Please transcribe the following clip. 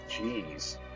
Jeez